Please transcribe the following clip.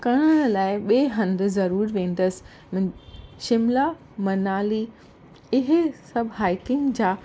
करण लाइ ॿिए हंधु ज़रूरु वेंदसि शिमला मनाली इहे सभु हाइकिंग जा